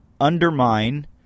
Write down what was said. undermine